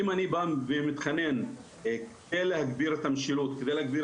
אם אני בא ומתחנן כדי להגביר את המשילות ולהגביר